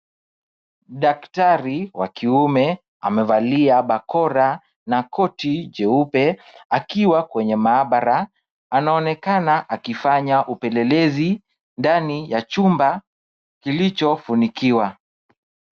Daktari wa kiume, amevalia barakoa na koti jeupe akiwa kwenye mahabara Anaonekana akifanya upelelezi ndani ya chumba kilichofunikiwa.